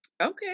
Okay